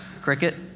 cricket